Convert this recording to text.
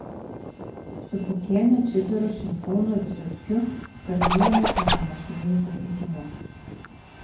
su pukiene čibiru šimkūnu vysockiu kalbėjome apie moksleivių pasiekimus